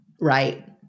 right